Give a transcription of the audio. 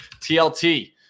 TLT